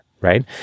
Right